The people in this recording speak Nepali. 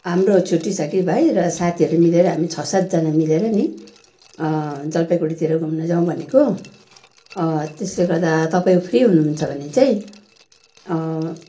हाम्रो छुट्टी छ कि भाइ र साथीहरू मिलेर हामी छ सातजना मिलेर नि जलपाइगढीतिर घुम्न जाउँ भनेको त्यसले गर्दा तपाईँ फ्री हुनुहुन्छ भने चाहिँ